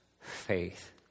faith